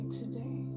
today